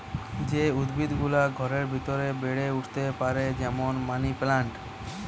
যে উদ্ভিদ গুলা ঘরের ভিতরে বেড়ে উঠতে পারে যেমন মানি প্লান্ট